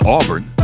Auburn